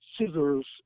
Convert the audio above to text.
scissors